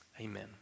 Amen